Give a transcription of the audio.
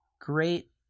Great